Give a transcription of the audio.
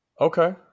Okay